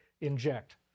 inject